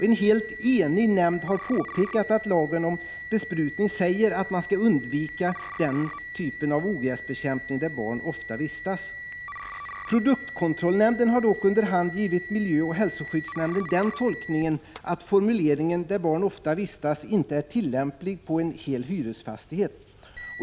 En helt enig nämnd har påpekat att lagen om besprutning säger att man skall undvika den här typen av ogräsbekämpning där barn ofta vistas. Produktkontrollnämnden har dock under hand givit miljöoch hälsoskyddsnämnden den tolkningen att formuleringen ”där barn ofta vistas” inte är tillämplig på en hel hyresfastighet.